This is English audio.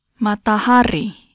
Matahari